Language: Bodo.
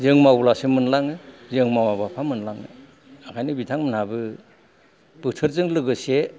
जों मावब्लासो मोनलाङो जों मावाबा बहा मोनलांनो ओंखायनो बिथांमोनाबो बोथोरजों लोगोसे